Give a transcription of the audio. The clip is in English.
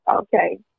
Okay